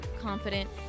confident